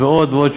ועוד ועוד,